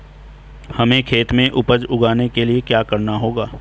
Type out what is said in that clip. हमें खेत में उपज उगाने के लिये क्या करना होगा?